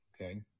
okay